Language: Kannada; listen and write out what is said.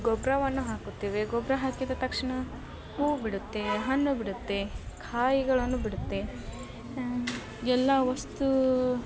ಗೊಬ್ಬರವನ್ನು ಹಾಕುತ್ತೇವೆ ಗೊಬ್ಬರ ಹಾಕಿದ ತಕ್ಷಣ ಹೂ ಬಿಡುತ್ತೆ ಹಣ್ಣು ಬಿಡುತ್ತೆ ಕಾಯಿಗಳನ್ನು ಬಿಡುತ್ತೆ ಎಲ್ಲ ವಸ್ತು